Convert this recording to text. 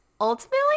ultimately